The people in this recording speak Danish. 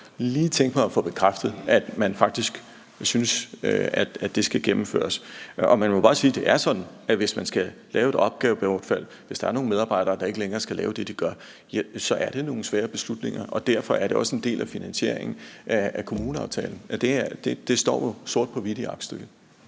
lige tænke mig at få bekræftet, at man faktisk synes, at det skal gennemføres. Man må bare sige, at det er sådan, at hvis man skal lave et opgavebortfald, hvis der er nogle medarbejdere, der ikke længere skal lave det, de gør nu, er det nogle svære beslutninger, og derfor er det også en del af finansieringen af kommuneaftalen. Det står jo sort på hvidt i aktstykket.